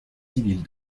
civile